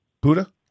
Buddha